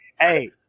Hey